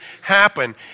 happen